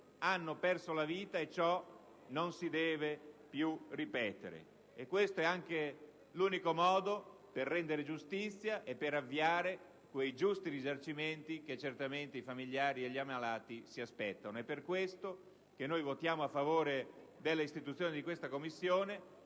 hanno perso la vita, e ciò non si deve più ripetere. Questo è anche l'unico modo per rendere giustizia e per avviare quei giusti risarcimenti che certamente i familiari e gli ammalati si aspettano. Per questo motivo noi votiamo a favore dell'istituzione di detta Commissione